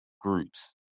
groups